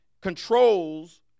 controls